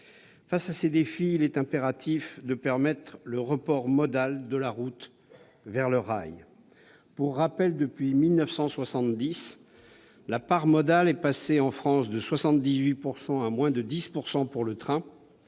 Face à ces défis, il est impératif de permettre le report modal de la route vers le rail. Depuis 1970, la part modale est passée en France de 78 % à moins de 10 % pour le train